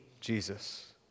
Jesus